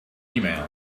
email